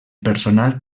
personal